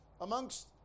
amongst